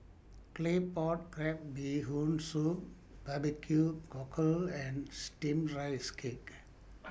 Claypot Crab Bee Hoon Soup Barbecue Cockle and Steamed Rice Cake